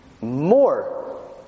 more